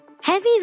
Heavy